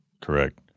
Correct